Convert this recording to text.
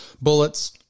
bullets